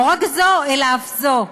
לא רק זו אלא אף זו: